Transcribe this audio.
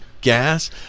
Gas